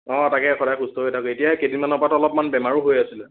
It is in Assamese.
অ' তাকে সদায় সুস্থ হৈ থাকক এতিয়া কেদিনমানৰ পৰাটো অলপ বেমাৰো হৈ আছিলে